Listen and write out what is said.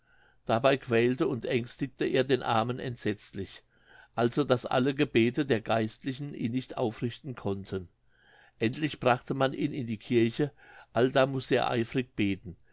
dabei quälte und ängstigte er den armen entsetzlich also daß alle gebete der geistlichen ihn nicht aufrichten konnten endlich brachte man ihn in die kirche allda mußte er eifrig beten